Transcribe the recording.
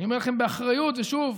אני אומר לכם באחריות, ושוב,